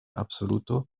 absoluto